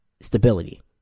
stability